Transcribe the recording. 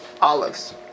olives